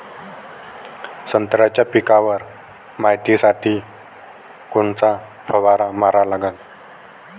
संत्र्याच्या पिकावर मायतीसाठी कोनचा फवारा मारा लागन?